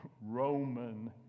Roman